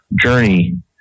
journey